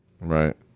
Right